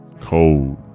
cold